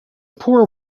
poor